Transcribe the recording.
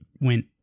went